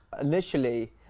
initially